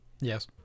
Yes